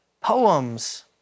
poems